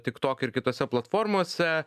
tiktoke ir kitose platformose